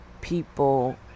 people